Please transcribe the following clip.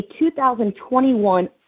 2021